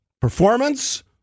performance